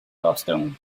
gostwng